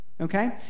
okay